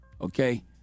Okay